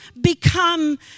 become